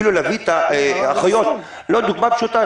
דוגמה פשוטה,